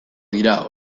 dira